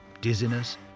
dizziness